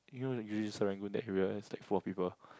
you know usually Serangoon that you realize like full of people